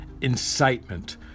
incitement